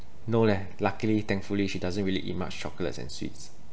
no leh luckily thankfully she doesn't really eat much chocolates and sweets